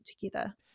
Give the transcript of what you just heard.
together